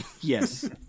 Yes